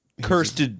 Cursed